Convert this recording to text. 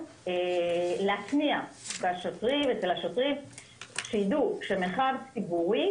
להטמיע אצל השוטרים שידעו שמרחב ציבורי,